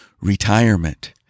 retirement